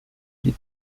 die